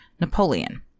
Napoleon